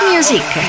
Music